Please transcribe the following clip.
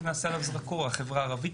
החברה הערבית,